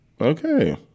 Okay